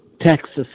Texas